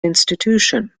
institution